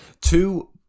Two